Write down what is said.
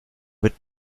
wird